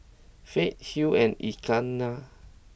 Fay Hill and Ignatz